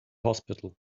hospital